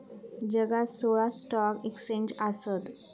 जगात सोळा stock exchange आसत